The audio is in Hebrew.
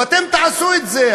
ואתם תעשו את זה,